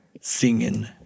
singing